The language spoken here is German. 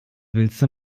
willste